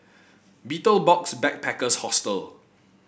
Betel Box Backpackers Hostel